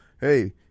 hey